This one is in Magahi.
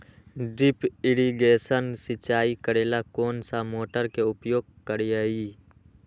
ड्रिप इरीगेशन सिंचाई करेला कौन सा मोटर के उपयोग करियई?